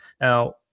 now